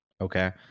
Okay